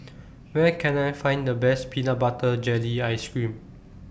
Where Can I Find The Best Peanut Butter Jelly Ice Cream